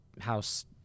house